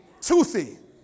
Toothy